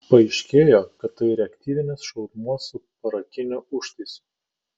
paaiškėjo kad tai reaktyvinis šaudmuo su parakiniu užtaisu